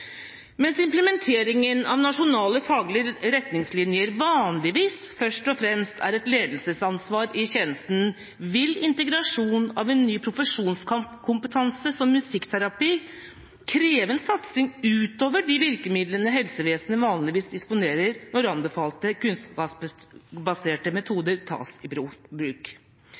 Mens implementeringen av nasjonale faglige retningslinjer vanligvis først og fremst er et ledelsesansvar i tjenesten, vil integrasjon av en ny profesjonskompetanse som musikkterapi kreve en satsing utover de virkemidlene helsevesenet vanligvis disponerer når anbefalte kunnskapsbaserte